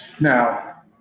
Now